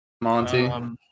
Monty